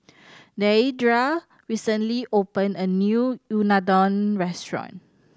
Deidra recently opened a new Unadon restaurant